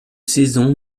saison